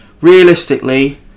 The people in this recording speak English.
realistically